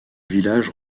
village